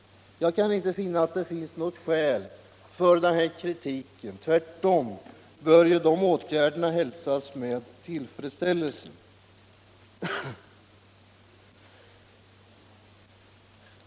Jag kan inte finna att det finns något skäl för den här kritiken. Dessa åtgärder bör väl tvärtom hälsas med tillfredsställelse.